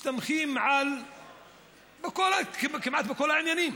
מסתמכים, כמעט בכל העניינים,